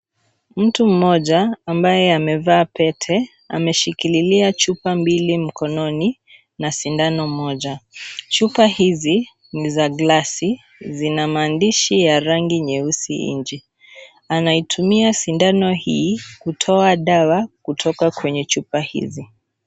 Mtu mmoja ambaye amevaa pete ameshikililia chupa mbili mkononi na sindano moja. Chupa hizi ni za glasi zina maandishi ya rangi nyeusi nje. Anaitumia sindano hii kutoa dawa kutoka kwenye chupa hizi.